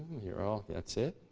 you're all, that's it?